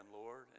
Lord